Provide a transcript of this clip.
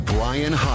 Brian